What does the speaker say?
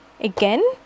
Again